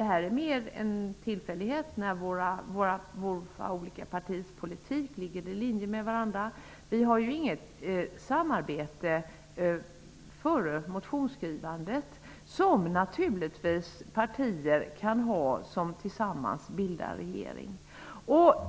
är mer en tillfällighet när våra olika partiers politik ligger i linje med varandra. Vi har inget sådant samarbete före motionsskrivandet som de partier som tillsammans bildar regering kan ha.